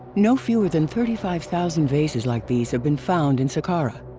no fewer than thirty five thousand vases like these have been found in saqqara.